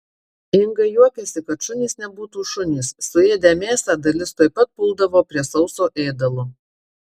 inga juokiasi kad šunys nebūtų šunys suėdę mėsą dalis tuoj pat puldavo prie sauso ėdalo